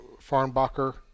Farnbacher